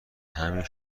همین